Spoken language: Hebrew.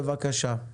בבקשה.